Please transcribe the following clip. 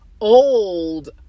old